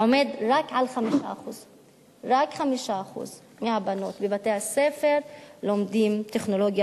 עומד רק על 5%. רק 5% מהבנות בבתי-הספר לומדות טכנולוגיה